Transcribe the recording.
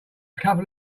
couple